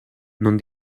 non